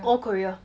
all korea